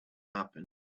happen